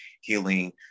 healing